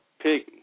pick